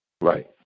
Right